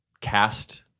cast